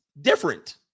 different